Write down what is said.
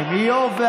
מזה,